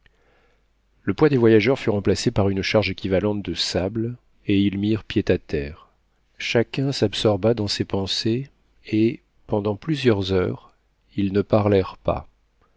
le poids des voyageurs fut remplacé par une charge équivalente de sable et ils mirent pied à terre chacun s'absorba dans ses pensées et pendant plusieurs heures ils ne parlèrent pas